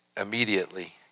immediately